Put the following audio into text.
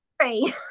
Three